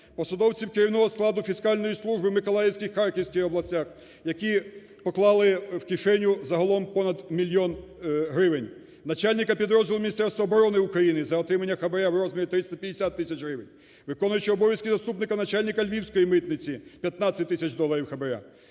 Посадовців керівного складу Фіскальної служби у Миколаївській, Харківській областях, які поклали в кишеню загалом понад мільйон гривень. Начальника підрозділу Міністерства оборони України за отримання хабара в розмірі 350 тисяч гривень. Виконуючий обов'язки заступника начальника Львівської митниці 15 тисяч доларів хабара.